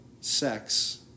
Sex